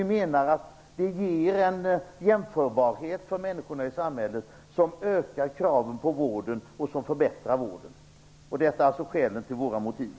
Vi menar att det ger en jämförbarhet för människorna i samhället, som ökar kraven på vården och som förbättrar vården. Detta är alltså våra motiv.